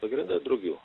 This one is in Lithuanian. pagrinde drugių